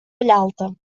vallalta